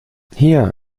hier